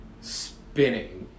Spinning